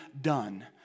done